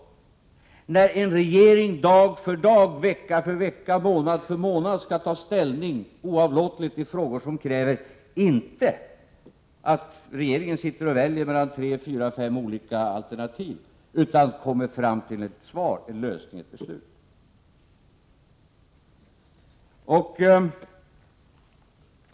Vad händer när en regering oavlåtligen, dag för dag, vecka för vecka, månad för månad skall ta ställning i frågor som kräver inte att regeringen sitter och väljer mellan tre fyra fem olika alternativ utan att den kommer fram till ett svar, en lösning, ett beslut?